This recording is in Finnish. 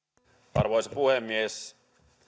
arvoisa puhemies